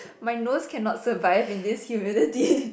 my nose cannot survive in this humidity